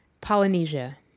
Polynesia